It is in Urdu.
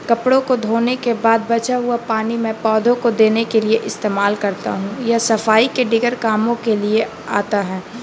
کپڑوں کو دھونے کے بعد بچا ہوا پانی میں پودوں کو دینے کے لیے استعمال کرتا ہوں یا صفائی کے دیگر کاموں کے لیے آتا ہے